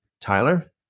Tyler